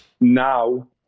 Now